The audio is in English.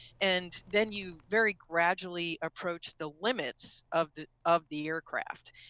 and then you very gradually approach the limits of the of the aircraft.